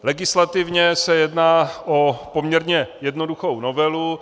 Legislativně se jedná o poměrně jednoduchou novelu.